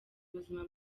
ubuzima